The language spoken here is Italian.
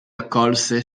accolse